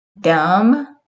dumb